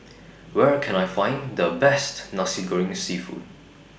Where Can I Find The Best Nasi Goreng Seafood